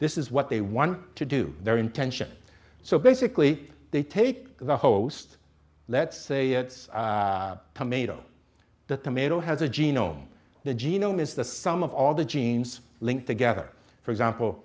this is what they want to do their intention so basically they take the host let's say tomato the tomato has a genome the genome is the sum of all the genes linked together for example